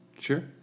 Sure